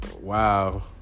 Wow